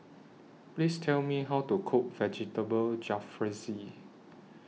Please Tell Me How to Cook Vegetable Jalfrezi